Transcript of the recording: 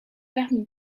parmi